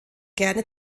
gerne